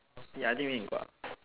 ya I think we need to go out